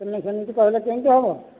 ମେ ସେମିତି କହିଲେ କେମିତି ହେବ